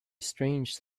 strange